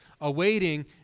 awaiting